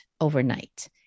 overnight